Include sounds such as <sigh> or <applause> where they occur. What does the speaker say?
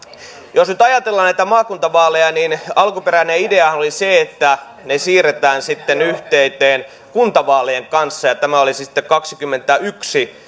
jos nyt ajatellaan näitä maakuntavaaleja niin alkuperäinen ideahan oli se että ne siirretään sitten samaan yhteyteen kuntavaalien kanssa ja tämä olisi sitten vuonna kaksikymmentäyksi <unintelligible>